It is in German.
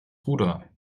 ruder